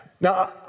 Now